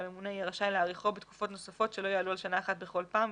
והממונה יהיה רשאי להאריכו בתקופות נוספות שלא יעלו על שנה אחת בכל פעם,